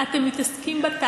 אתם מתעסקים בתאגיד.